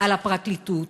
על הפרקליטות